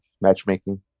matchmaking